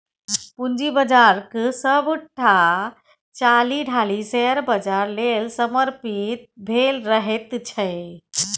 पूंजी बाजारक सभटा चालि ढालि शेयर बाजार लेल समर्पित भेल रहैत छै